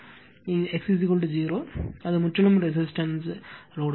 X 0 என்றால் அது முற்றிலும் ரெசிஸ்டன்ஸ் லோடு